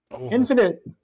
infinite